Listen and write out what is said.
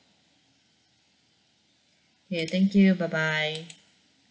okay thank you bye bye